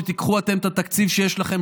שתיקחו אתם את התקציב שיש לכם,